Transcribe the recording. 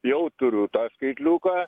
jau turiu tą skaitliuką